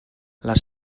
les